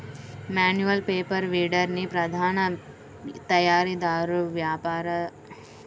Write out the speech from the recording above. manual power వీడర్ని ప్రధాన తయారీదారు, వ్యాపారి, దిగుమతిదారుగా మేము అభివృద్ధి చేసాము